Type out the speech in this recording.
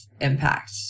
impact